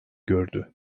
gördü